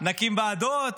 נקים ועדות,